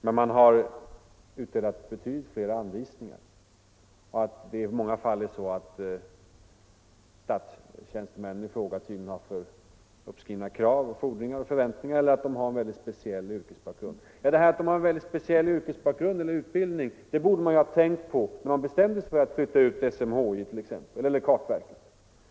Men man har utdelat betydligt fler anvisningar, och i många fall har, förklarar statsrådet, tydligen statstjänstemännen i fråga för högt uppskruvade krav och fordringar eller en mycket speciell yrkesbakgrund. Det förhållandet att de har en mycket speciell yrkesbakgrund eller utbildning borde man ha tänkt på innan man bestämde sig för att flytta ut exempelvis SMHI eller kartverket.